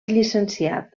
llicenciat